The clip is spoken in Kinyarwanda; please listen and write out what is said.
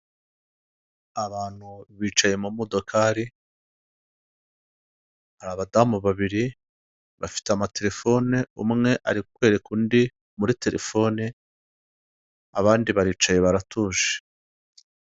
Abantu bicaye mu modokari, hari abadamu babiri bafite amaterefone, umwe ari kwereka undi muri terefoni, abandi baricaye baratuje.